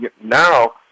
Now